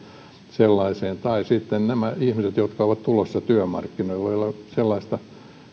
sellaiseen tai sitten ne ihmiset jotka ovat tulossa työmarkkinoille ja joilla ei ole sellaista